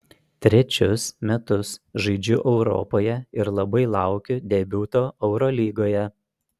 trečius metus žaidžiu europoje ir labai laukiu debiuto eurolygoje